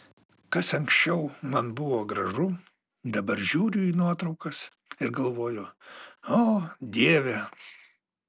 kas anksčiau man buvo gražu dabar žiūriu į nuotraukas ir galvoju o dieve